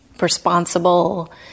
responsible